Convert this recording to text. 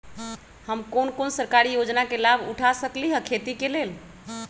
हम कोन कोन सरकारी योजना के लाभ उठा सकली ह खेती के लेल?